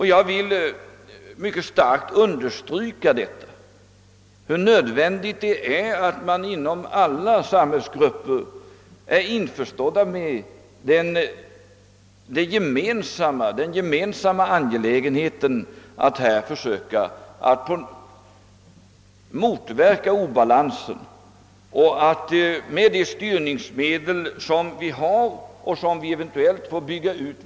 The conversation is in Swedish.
Jag vill mycket starkt understryka nödvändigheten av att alla samhällsgrupper är införstådda med att det är en gemensam angelägenhet att motarbeta denna obalans med de styrningsmedel vi har och att eventuellt bygga ut dem.